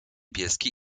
bieskie